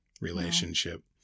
relationship